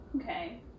Okay